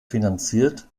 finanziert